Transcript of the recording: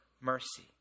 mercy